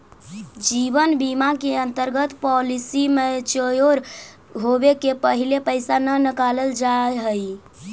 जीवन बीमा के अंतर्गत पॉलिसी मैच्योर होवे के पहिले पैसा न नकालल जाऽ हई